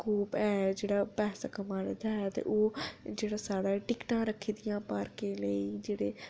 scope ऐ जेह्ड़ा पैसा कमाने दा ऐ ते ओह् जेह्ड़ा साढ़ै टिकटां रक्खी दियां पार्कें लेई जेह्ड़े